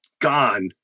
gone